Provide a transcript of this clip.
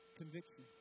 conviction